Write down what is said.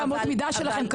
באמות המידה שלכם,